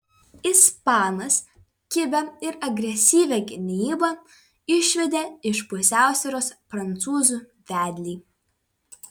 ispanas kibia ir agresyvia gynyba išvedė iš pusiausvyros prancūzų vedlį